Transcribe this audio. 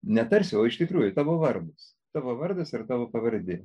netarsi o iš tikrųjų tavo vardas tavo vardas ir tavo pavardė